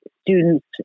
students